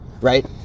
right